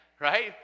Right